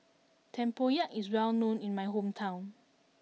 Tempoyak is well known in my hometown